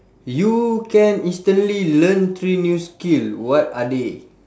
you can instantly learn three new skill what are they